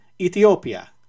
Ethiopia